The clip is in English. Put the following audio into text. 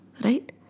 right